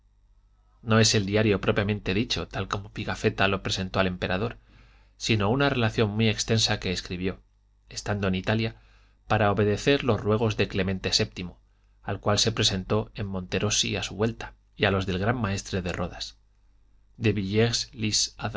no es el diario propiamente dicho tal como pigafetta lo presentó al emperador sino una relación muy extensa que escribió estando en italia para obedecer los ruegos de clemente vii al cual se presentó en monterosi a su vuelta y a los del gran maestre de rodas de